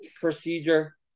procedure